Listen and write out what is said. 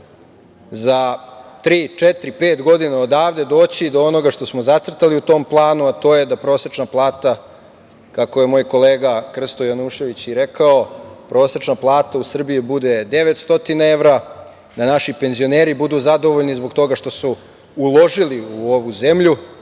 četiri, pet godina odavde doći i do onoga što smo zacrtali u tom planu, a to je da prosečna plata, kako je moj kolega Krsto Janjušević i rekao, u Srbiji bude 900 evra, da naši penzioneri budu zadovoljni zbog toga što su uložili u ovu zemlju,